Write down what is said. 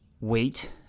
wait